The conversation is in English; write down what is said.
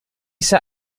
sat